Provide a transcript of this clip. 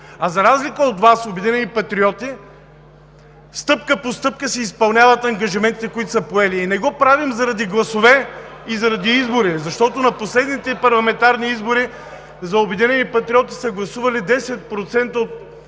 А за разлика от Вас, „Обединени патриоти“ стъпка по стъпка си изпълняват ангажиментите, които са поели. И не го правим заради гласове и заради избори, защото на последните парламентарни избори 10% от гласоподавателите